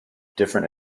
different